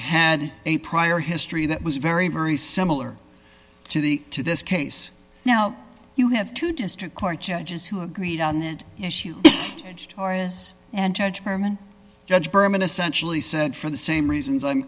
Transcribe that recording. had a prior history that was very very similar to the to this case now you have to district court judges who agreed on that issue torres and judge berman judge berman essentially said for the same reasons i'm